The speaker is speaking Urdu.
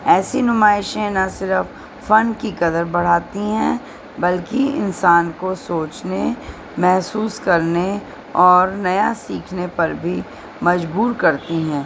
ایسی نمائشیں نہ صرف فن کی قدر بڑھاتی ہیں بلکہ انسان کو سوچنے محسوس کرنے اور نیا سیکھنے پر بھی مجبور کرتی ہیں